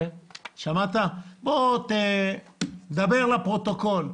בוא, דבר לפרוטוקול.